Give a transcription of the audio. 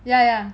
ya ya